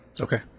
Okay